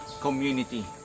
community